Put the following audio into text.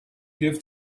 give